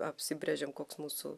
apsibrėžiam koks mūsų